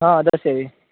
હા દશેરી